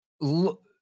look